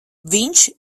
viņš